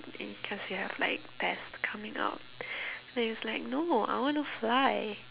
cause we have like test coming up then he's like no I want to fly